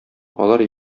алар